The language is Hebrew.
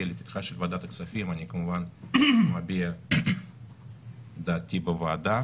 לפתחה של ועדת הכספים אני כמובן אביע את דעתי בוועדה.